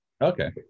Okay